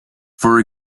for